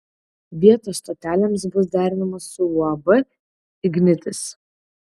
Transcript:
vietos stotelėms bus derinamos su uab ignitis